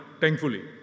thankfully